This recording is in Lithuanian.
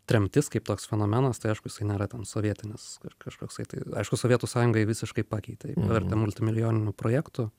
tremtis kaip toks fenomenas tai aišku jisai nėra ten sovietinis kaž kažkoksai tai aišku sovietų sąjunga jį visiškai pakeitė pavertė multimilijoninio projektu